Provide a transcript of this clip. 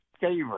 favorite